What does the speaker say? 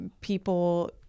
people